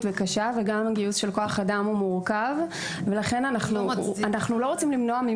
וקשה וגם גיוס כוח אדם הוא מורכב ולכן אנחנו לא רוצים למנוע לעבוד